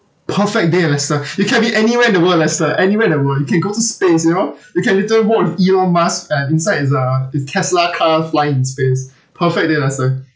perfect day lester it can be anywhere in the world lester anywhere in the world you can go to space you know you can literally walk with elon musk and inside is uh tesla car flying in space perfect day lester